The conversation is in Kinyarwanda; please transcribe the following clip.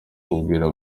kubwira